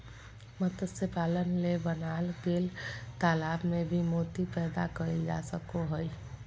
मत्स्य पालन ले बनाल गेल तालाब में भी मोती पैदा कइल जा सको हइ